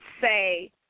say